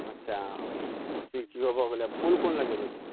अच्छा अब लीचीओ भऽ गेलै आ फूल कोन लगेबै तऽ